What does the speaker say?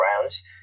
rounds